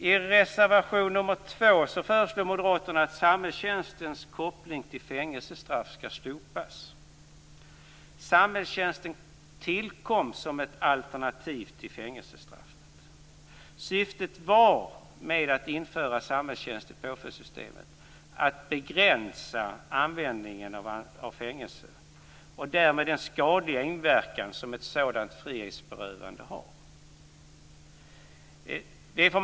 I reservation nr 2 föreslår moderaterna att samhällstjänstens koppling till fängelsestraff skall slopas. Samhällstjänsten tillkom som ett alternativ till fängelsestraffet. Syftet med att införa samhällstjänst i påföljdssystemet var att begränsa användningen av fängelsestraffet och därmed den skadliga inverkan som ett sådant frihetsberövande har.